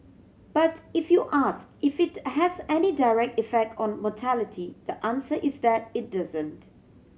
but if you ask if it has any direct effect on mortality the answer is that it doesn't